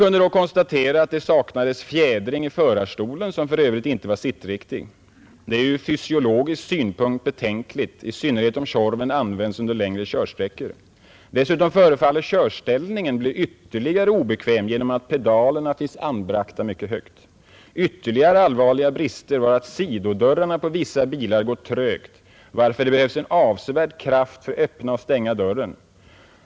Kunde då konstatera, att det saknades fjädring i förarstolen, som f. ö. inte var sittriktig. Det är ur fysiologisk synpunkt betänkligt, i synnerhet om Tjorven används under längre körsträckor. Dessutom förefaller körställningen bli ytterligare obekväm genom att pedalerna finns anbragta mycket högt. Ytterligare allvarliga brister var att sidodörren på vissa bilar går trögt, varför det behövs en avsevärd kraft för att öppna och stänga dörren.